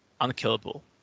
unkillable